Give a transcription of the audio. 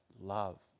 love